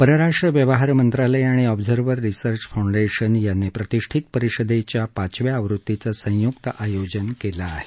परराष्ट्र व्यवहार मंत्रालय आणि ऑब्झव्हर रिसर्च फाऊंडेशन यांनी प्रतिषित परिषदेच्या पाचव्या आवृत्तीचं संयुक्त आयोजन केलं आहे